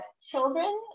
children